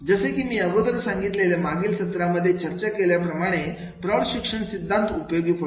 जसे की मी अगोदर मागील सत्रांमध्ये चर्चा केल्याप्रमाणे प्रौढ शिक्षण सिद्धांत उपयोगी पडतो